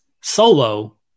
Solo